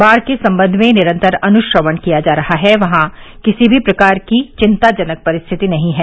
बाढ़ के संबंध में निरन्तर अनुश्रवण किया जा रहा है कहीं भी किसी प्रकार की चिंताजनक परिस्थिति नहीं है